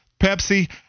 Pepsi